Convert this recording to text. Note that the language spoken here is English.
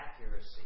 accuracy